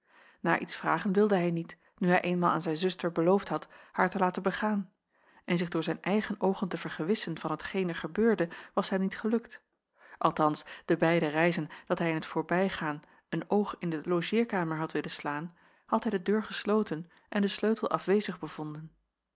naar iets vragen wilde hij niet nu hij eenmaal aan zijn zuster beloofd had haar te laten begaan en zich door zijn eigen oogen te vergewissen van hetgeen er gebeurde was hem niet gelukt althans de beide reizen dat hij in t voorbijgaan een oog in de logeerkamer had willen slaan had hij de deur gesloten en den sleutel afwezig bevonden